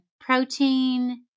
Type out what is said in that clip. protein